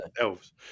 Elves